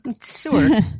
Sure